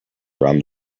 around